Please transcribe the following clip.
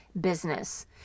business